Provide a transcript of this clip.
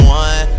one